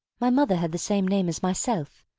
my mother had the same name as myself,